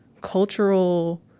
cultural